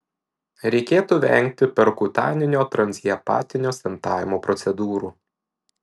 reikėtų vengti perkutaninio transhepatinio stentavimo procedūrų